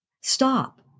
stop